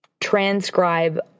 transcribe